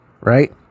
right